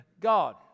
God